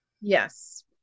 Yes